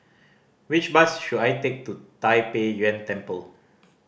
which bus should I take to Tai Pei Yuen Temple